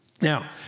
Now